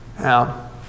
Now